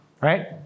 right